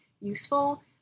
useful